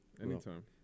anytime